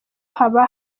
haba